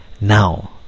now